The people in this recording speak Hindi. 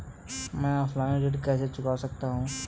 मैं ऑफलाइन ऋण कैसे चुका सकता हूँ?